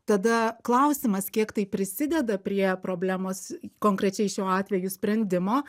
tada klausimas kiek tai prisideda prie problemos konkrečiai šiuo atveju sprendimo